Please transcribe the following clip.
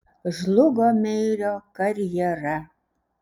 žlugo meirio karjera